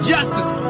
Justice